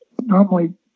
normally